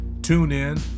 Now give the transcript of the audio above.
TuneIn